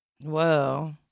Whoa